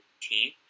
team